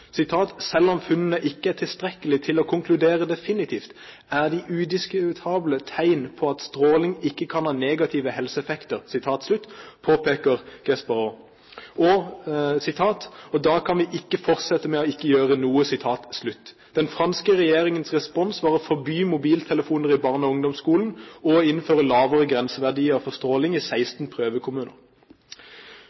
Selv om funnene ikke er tilstrekkelige til å konkludere definitivt, er de udiskutable tegn på at stråling kan ha negative helseeffekter, påpeker Guespereau, og da kan vi ikke fortsette med å ikke gjøre noe. Den franske regjeringens respons var å forby mobiltelefoner i barne- og ungdomsskolen og innføre lave grenseverdier for stråling i